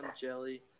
jelly